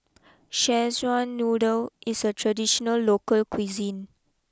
Szechuan Noodle is a traditional local cuisine